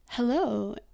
Hello